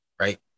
right